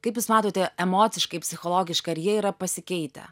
kaip jūs matote emociškai psichologiškai ar jie yra pasikeitę